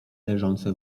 leżące